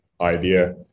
idea